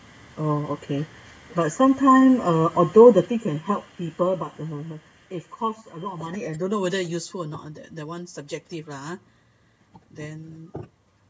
oh okay but sometimes uh although the thing can help people but uh it cost a lot of money and I don't know whether useful or not that that one subjective lah then